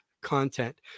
content